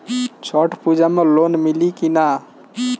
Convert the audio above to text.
छठ पूजा मे लोन मिली की ना?